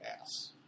ass